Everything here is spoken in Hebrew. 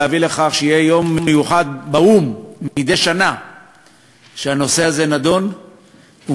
להביא לכך שיהיה מדי שנה יום מיוחד באו"ם שהנושא הזה נדון בו,